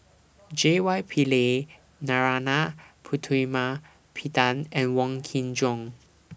J Y Pillay Narana Putumaippittan and Wong Kin Jong